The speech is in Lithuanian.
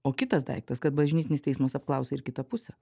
o kitas daiktas kad bažnytinis teismas apklausia ir kitą pusę